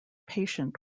patient